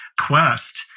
quest